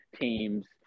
teams